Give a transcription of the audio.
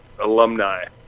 alumni